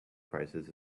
prices